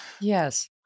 yes